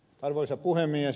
arvoisa puhemies